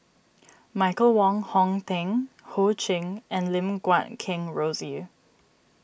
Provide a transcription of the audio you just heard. Michael Wong Hong Teng Ho Ching and Lim Guat Kheng Rosie